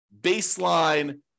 baseline